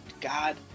God